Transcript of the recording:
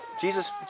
Jesus